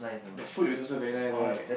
the food is also very nice right